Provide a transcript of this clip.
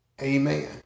Amen